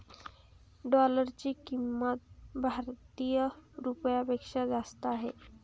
डॉलरची किंमत भारतीय रुपयापेक्षा जास्त आहे